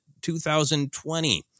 2020